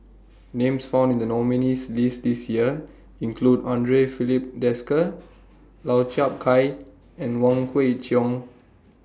Names found in The nominees' list This Year include Andre Filipe Desker Lau Chiap Khai and Wong Kwei Cheong